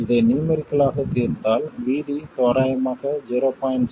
இதை நியூமெரிக்கல் ஆகத் தீர்த்தால் VD தோராயமாக 0